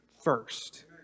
first